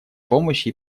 помощи